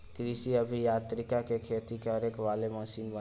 कृषि अभि यांत्रिकी में खेती बारी करे वाला मशीन बनेला